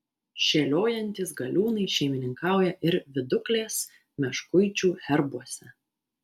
šėliojantys galiūnai šeimininkauja ir viduklės meškuičių herbuose